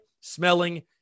smelling